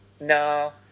No